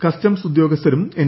customs ഉദ്യോഗസ്ഥരും N